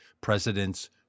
presidents